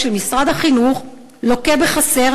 של משרד החינוך לוקה בחסר.